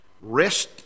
Rest